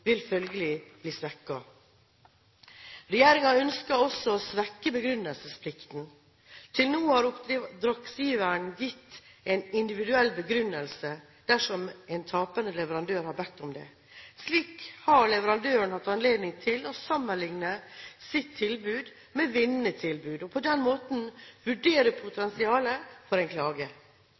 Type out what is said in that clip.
vil følgelig bli svekket. Regjeringen ønsker også å svekke begrunnelsesplikten. Til nå har oppdragsgiveren gitt en individuell begrunnelse dersom en tapende leverandør har bedt om det. Slik har leverandøren hatt anledning til å sammenligne sitt tilbud med vinnende tilbud, og på den måten vurdere potensialet for en klage.